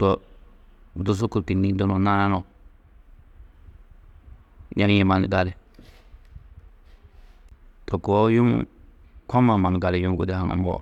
to du sukur kînniĩ dunuũ nananuũ yaîe mannu gali. To koo yuũ kommaa mannu gali, yuũ gudi haŋumoó.